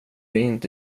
inte